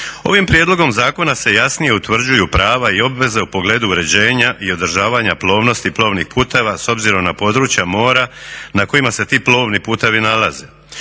Ovim prijedlogom zakona se jasnije utvrđuju prava i obveze u pogledu uređenja i održavanja plovnosti plovnih puteva s obzirom na područja mora na kojima se ti plovni putevi nalaze.